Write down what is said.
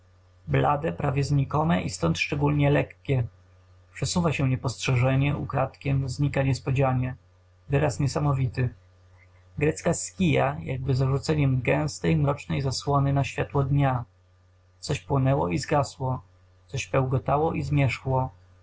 blade prawie znikome i stąd szczególnie lekkie przesuwa się niepostrzeżenie ukradkiem znika niespodzianie wyraz niesamowity grecka ski jakby zarzuceniem gęstej mrocznej zasłony na światło dnia coś płonęło i zgasło coś pełgotało i zmierzchło